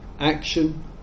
Action